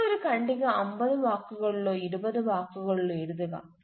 നിങ്ങൾ ഒരു ഖണ്ഡിക അമ്പത് വാക്കുകളിലോ ഇരുപത് വാക്കുകളിലോ എഴുതുക